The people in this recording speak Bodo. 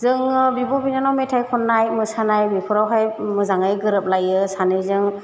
जोङो बिब' बिनानाव मेथाइ ख'ननाय मोसानाय बेफोरावहाय मोजाङै गोरोबलायो सानैजों